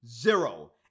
zero